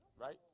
right